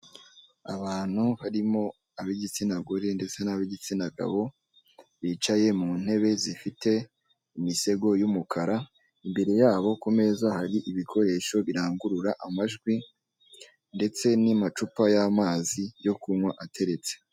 Abantu barimo ab'igitsina gore ndetse n'ab'igitsina gabo ,bicaye mu ntebe zifite imisego y'umukara imbere yabo ku meza hari ibikoresho birangurura amajwi ndetse n'amacupa y'amazi yo kunywa ateretse.